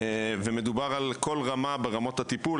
ומדובר על כל רמה ברמות הטיפול,